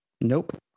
nope